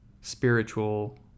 spiritual